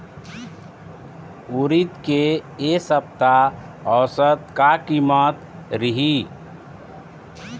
उरीद के ए सप्ता औसत का कीमत रिही?